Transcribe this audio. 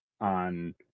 on